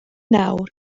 nawr